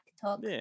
talk